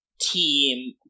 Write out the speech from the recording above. team